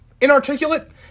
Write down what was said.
inarticulate